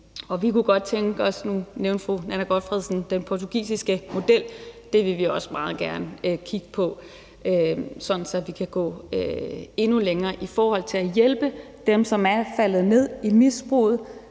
indgang til endnu mere. Nu nævnte fru Nanna W. Gotfredsen den portugisiske model. Det vil vi også meget gerne kigge på, sådan at vi kan gå endnu længere i forhold til at hjælpe dem, som er faldet ned i misbruget,